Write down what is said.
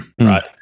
right